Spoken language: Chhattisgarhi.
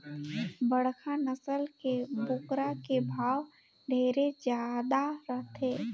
बड़खा नसल के बोकरा के भाव ढेरे जादा रथे